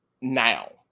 now